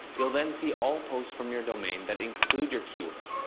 you'll then see all posts from your domain that include your keyword.